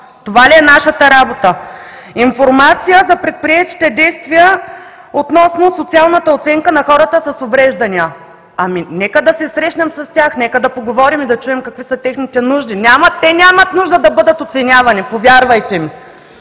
Това ли е нашата работа? Информация за предприетите действия относно социалната оценка на хората с увреждания. Нека да се срещнем с тях, нека да поговорим и да чуем техните нужни. Те нямат нужда да бъдат оценявани, повярвайте ми.